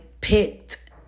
picked